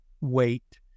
wait